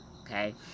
okay